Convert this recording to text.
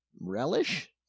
relish